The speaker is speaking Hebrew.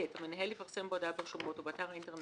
המנהל יפרסם בהודעה ברשומות ובאתר האינטרנט